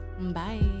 bye